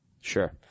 Sure